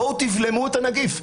בואו תבלמו את הנגיף,